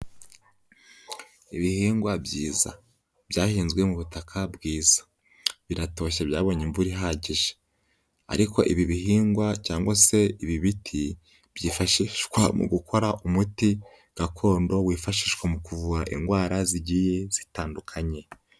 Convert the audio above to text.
Ibihingwa byiza byahinzwe mu butaka bwiza. Biratoshye byabonye imvura ihagije. Ariko ibi bihingwa cyangwa se ibi biti byifashishwa mu gukora umuti gakondo wifashishwa mu kuvura indwara zigiye zitandukanye.